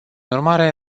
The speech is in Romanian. urmare